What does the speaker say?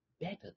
better